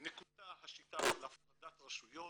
נקוטה השיטה של הפרדת רשויות.